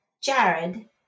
jared